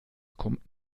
kommt